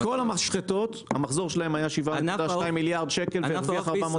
זאת אומרת כל המשחטות המחזור שלהם היה 7.2 מיליארד שקל והרוויחו 440?